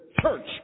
church